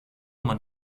man